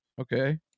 okay